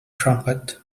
trumpet